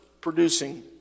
producing